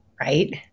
right